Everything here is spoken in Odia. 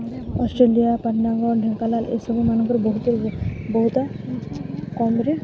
ଅଷ୍ଟ୍ରେଲିଆ ପାଟନାଗଡ଼ ଢେଙ୍କାନାଲ ଏସବୁ ମାନଙ୍କର ବହୁତ ବହୁତ କମ୍ରେ